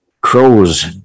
crows